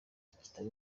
kitari